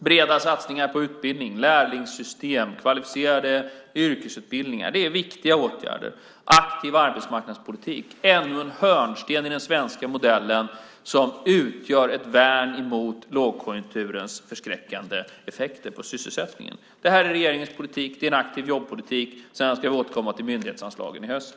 Breda satsningar på utbildning, lärlingssystem och kvalificerade yrkesutbildningar är viktiga åtgärder. Aktiv arbetsmarknadspolitik - ännu en hörnsten i den svenska modellen, som utgör ett värn mot lågkonjunkturens förskräckande effekter på sysselsättningen. Det här är regeringens politik, det är en aktiv jobbpolitik. Jag ska återkomma till myndighetsanslagen i höst.